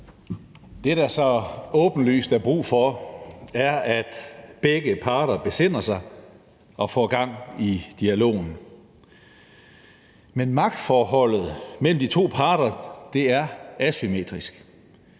Det, der så åbenlyst er brug for, er, at begge parter besinder sig og får gang i dialogen. Men magtforholdet mellem de to parter er asymmetrisk.